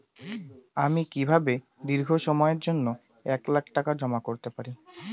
আমি কিভাবে দীর্ঘ সময়ের জন্য এক লাখ টাকা জমা করতে পারি?